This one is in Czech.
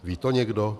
Ví to někdo?